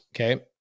okay